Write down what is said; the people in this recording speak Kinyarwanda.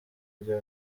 rya